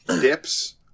dips